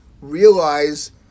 realize